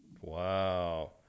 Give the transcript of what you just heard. wow